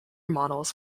models